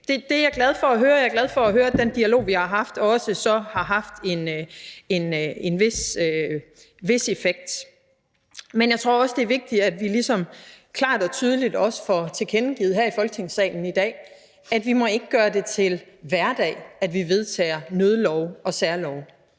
Det er jeg glad for at høre, og jeg er glad for at høre, at den dialog, vi har haft, så også har haft en vis effekt. Men jeg tror også, det er vigtigt, at vi ligesom klart og tydeligt også får tilkendegivet her i Folketingssalen i dag, at vi ikke må gøre det til hverdag, at vi vedtager nødlove og særlove,